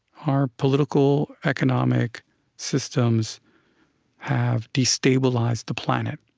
our political, economic systems have destabilized the planet.